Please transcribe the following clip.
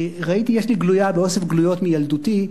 יש לי גלויה מאוסף גלויות מילדותי.